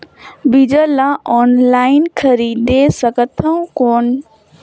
बीजा ला ऑनलाइन खरीदे सकथव कौन?